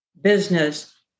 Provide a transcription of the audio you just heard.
business